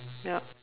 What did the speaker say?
yup